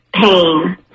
pain